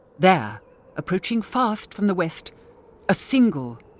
there approaching fast from the west a single,